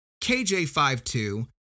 KJ52